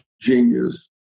genius